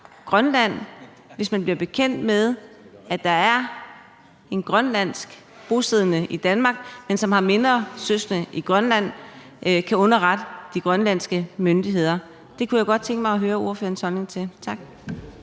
Grønland, hvis man bliver bekendt med noget, f.eks. at der er en fra Grønland, som er bosiddende i Danmark, men som har mindre søskende i Grønland, altså at man kan underrette de grønlandske myndigheder? Det kunne jeg godt tænke mig at høre ordførerens holdning til. Tak.